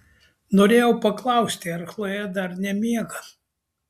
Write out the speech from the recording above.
norėjau paklausti ar chlojė dar nemiega